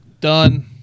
done